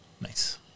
Nice